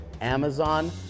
Amazon